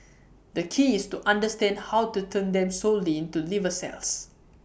the key is to understand how to turn them solely into liver cells